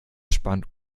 spannend